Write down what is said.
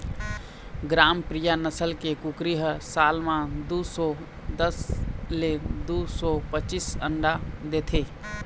ग्रामप्रिया नसल के कुकरी ह साल म दू सौ दस ले दू सौ पचीस अंडा देथे